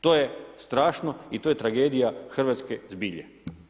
To je strašno i to je tragedija hrvatske zbilje.